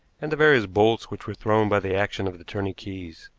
and the various bolts which were thrown by the action of the turning keys.